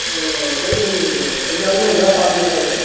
او جل مندر سے بول رہے ہیں جیسے ہم لوگ دس آدمی آئے تھے